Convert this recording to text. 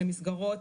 מסגרות,